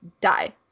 Die